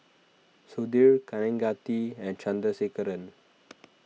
Sudhir Kaneganti and Chandrasekaran